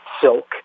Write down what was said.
Silk